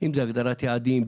אם זה הגדרת יעדים,